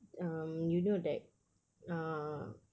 um you know that uh